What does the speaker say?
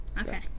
Okay